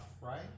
right